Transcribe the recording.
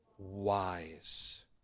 wise